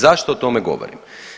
Zašto o tome govorim?